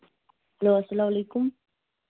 hello اَلسلام علیکُم